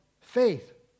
faith